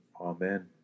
Amen